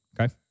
Okay